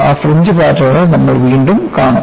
ആ ഫ്രിഞ്ച് പാറ്റേണുകൾ നമ്മൾ വീണ്ടും കാണും